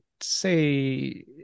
say